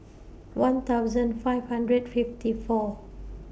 one thousand five hundred fifty four